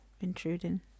Intruding